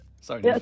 Sorry